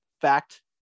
fact –